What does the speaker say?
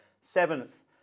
seventh